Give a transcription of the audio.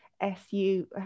SU